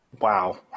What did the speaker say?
wow